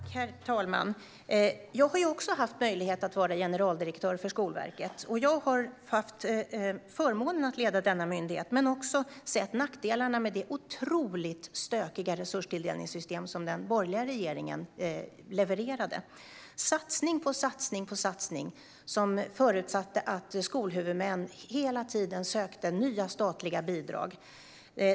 Herr talman! Jag har också haft möjlighet att vara generaldirektör för Skolverket. Jag har haft förmånen att leda denna myndighet men har också sett nackdelarna med det otroligt stökiga resurstilldelningssystem som den borgerliga regeringen levererade. Satsning på satsning förutsatte att skolhuvudmän hela tiden sökte nya statliga bidrag.